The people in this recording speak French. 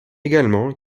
également